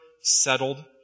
settled